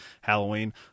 Halloween